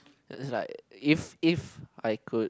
is like if if I could